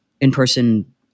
in-person